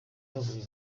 muri